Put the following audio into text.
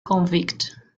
convict